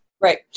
Right